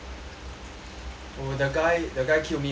oh the guy the guy killed me again